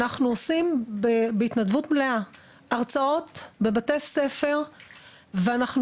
אנחנו עושים בהתנדבות מלאה הרצאות בבתי ספר ואנחנו